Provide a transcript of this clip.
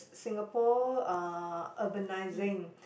Singapore uh urbanising